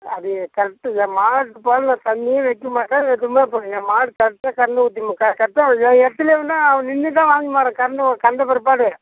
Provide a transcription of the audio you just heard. அது கரெக்டு தான்ம்மா இப்போ நான் தண்ணியும் வைக்க மாட்டேன் எதுவுமே இப்போ என் மாடு கரெக்டாக கறந்து ஊத்திடும் க கரெக்டாக என் இடத்துலே வந்து அவன் நின்றுதான் வாங்கி போகிறான் கறந்த கறந்த பிற்பாடு